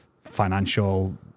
financial